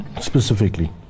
specifically